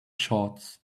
shorts